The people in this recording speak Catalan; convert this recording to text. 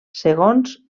segons